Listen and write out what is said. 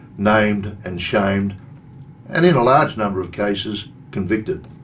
named and shamed and in a large number of cases convicted.